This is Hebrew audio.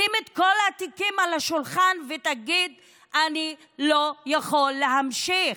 שים את כל התיקים על השולחן ותגיד: אני לא יכול להמשיך.